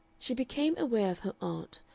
she became aware of her aunt,